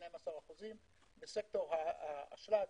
12%. בסקטור האשלג,